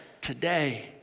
today